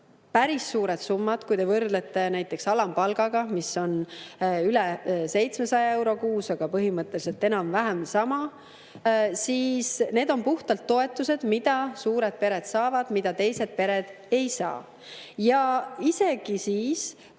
Päris suured summad, kui te võrdlete näiteks alampalgaga, mis on üle 700 euro kuus, aga põhimõtteliselt enam-vähem sama. Need on puhtalt toetused, mida suured pered saavad ja mida teised pered ei saa. Isegi siis,